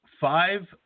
five